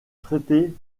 traités